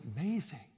amazing